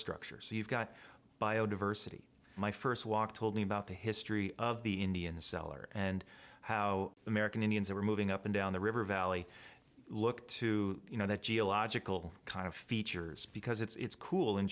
structure so you've got biodiversity my first walk told me about the history of the indian the cellar and how american indians are moving up and down the river valley look to you know the geological kind of features because it's cool in